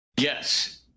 Yes